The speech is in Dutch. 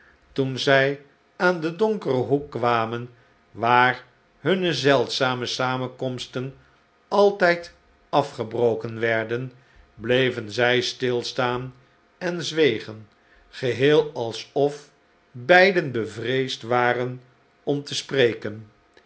toen zij aan den donkeren hoek kwamen waar hunne zeldzame samenkomsten altijd afgebroken werden bleven zij stilstaan en zwegen geheel alsof beiden bevreesd waren om te spreken